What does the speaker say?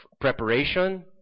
preparation